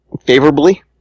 favorably